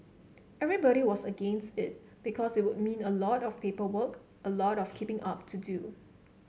everybody was against it because it would mean a lot of paperwork a lot of keeping up to do